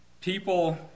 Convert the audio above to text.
people